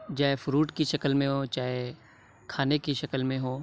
جائے فروٹ کی شکل میں ہو چاہے کھانے کی شکل میں ہو